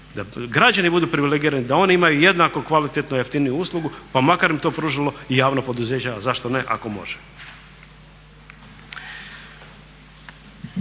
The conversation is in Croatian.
da građani budu privilegirani da oni imaju jednako kvalitetno jeftiniju uslugu pa makar im to pružalo i javno poduzeća, a zašto ne ako može.